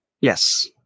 Yes